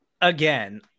again